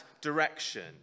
direction